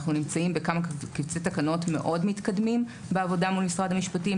אנחנו נמצאים בכמה קובצי תקנות מאוד מתקדמים בעבודה מול משרד המשפטים.